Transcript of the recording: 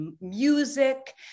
music